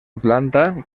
planta